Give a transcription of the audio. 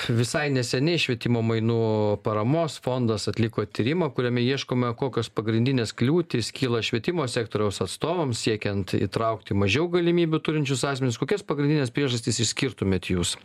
visai neseniai švietimo mainų paramos fondas atliko tyrimą kuriame ieškoma kokios pagrindinės kliūtys kyla švietimo sektoriaus atstovams siekiant įtraukti mažiau galimybių turinčius asmenis kokias pagrindines priežastis išskirtumėt jūs